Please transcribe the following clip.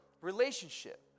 relationship